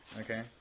Okay